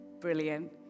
Brilliant